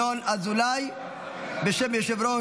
הנושא הבא על סדר-היום,